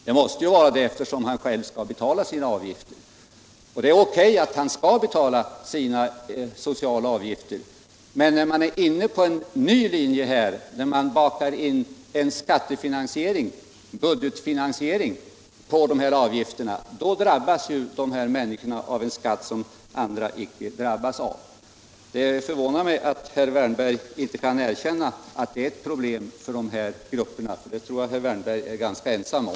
Det måste vara så, eftersom egenföretagaren själv skall betala sina avgifter. Det är O.K. att han betalar sina avgifter, men när man nu är inne på en ny linje och vill åstadkomma budgetfinansiering med dessa avgifter, så drabbas de här människorna av en skatt som icke drabbar andra. Det förvånar mig att herr Wärnberg inte kan erkänna att detta är ett problem för de här grupperna. Det tror jag att herr Wärnberg är ganska ensam om.